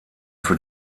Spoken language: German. für